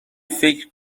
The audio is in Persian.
فکر